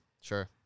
Sure